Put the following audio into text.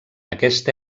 aquesta